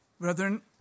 Brethren